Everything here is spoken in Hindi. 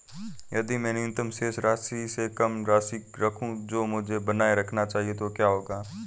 यदि मैं न्यूनतम शेष राशि से कम राशि रखूं जो मुझे बनाए रखना चाहिए तो क्या होगा?